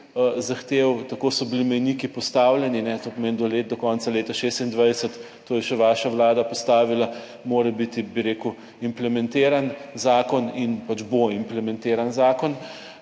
zahtev, tako so bili mejniki postavljeni, to pomeni, da do konca leta 2026, to je še vaša vlada postavila, mora biti, bi rekel, implementiran zakon in pač bo implementiran zakon.